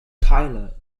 tyler